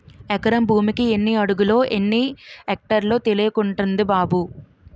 ఎకరం భూమికి ఎన్ని అడుగులో, ఎన్ని ఎక్టార్లో తెలియకుంటంది బాబూ